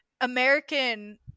American